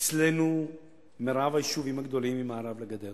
אצלנו מרב היישובים הגדולים ממערב לגדר